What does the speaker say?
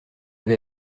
vais